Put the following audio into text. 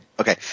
Okay